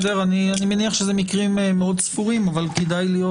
אני מניח שאלה מקרים מאוד ספורים אבל כדאי להיות